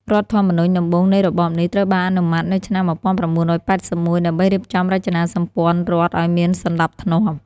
រដ្ឋធម្មនុញ្ញដំបូងនៃរបបនេះត្រូវបានអនុម័តនៅឆ្នាំ ១៩៨១ ដើម្បីរៀបចំរចនាសម្ព័ន្ធរដ្ឋឱ្យមានសណ្តាប់ធ្នាប់។